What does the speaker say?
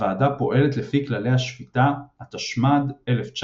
הוועדה פועלת לפי כללי השפיטה, התשמ"ד-1984.